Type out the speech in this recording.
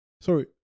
sorry